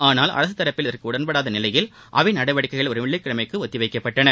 ஆனால் அரசு தரப்பில் இதற்கு உடன்படாத நிலையில் அவை நடவடிக்கைகள் வரும் வெள்ளிக்கிழமைக்கு ஒத்திவைக்கப்பட்டன